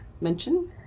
mention